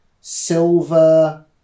silver